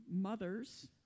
Mothers